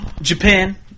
Japan